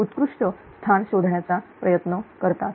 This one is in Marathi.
सर्वोत्कृष्ट स्थान शोधण्याचा प्रयत्न करतात